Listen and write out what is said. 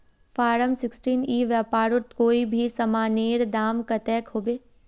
Form sixteen ई व्यापारोत कोई भी सामानेर दाम कतेक होबे?